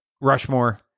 Rushmore